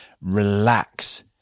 relax